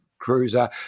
cruiser